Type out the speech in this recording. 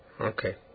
okay